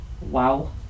Wow